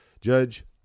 Judge